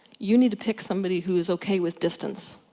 you need to pick somebody who is ok with distance.